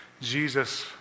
Jesus